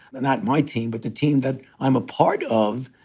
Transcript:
and not my team, but the team that i'm a part of.